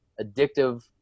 addictive